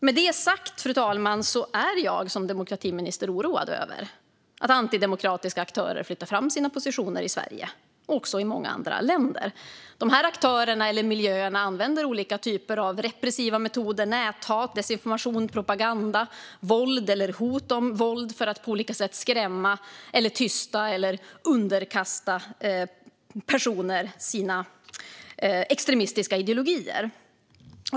Med det sagt är jag som demokratiminister oroad över att antidemokratiska aktörer flyttar fram sina positioner i Sverige och många andra länder. De här aktörerna eller miljöerna använder olika typer av repressiva metoder, näthat, desinformation, propaganda, våld och hot om våld för att på olika sätt skrämma eller tysta personer och få dem att underkasta sig deras extremistiska ideologier.